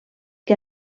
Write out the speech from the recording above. que